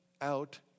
out